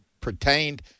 pertained